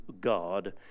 God